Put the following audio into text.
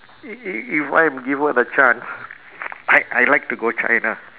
i~ i~ if I am given a chance I'd I'd like to go china